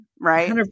right